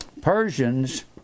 Persians